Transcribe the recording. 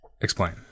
explain